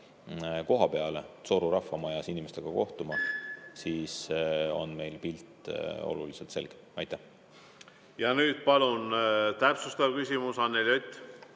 kohapeale, Tsooru rahvamajja inimestega kohtuma, on meil pilt oluliselt selgem. Nüüd palun täpsustav küsimus, Anneli Ott!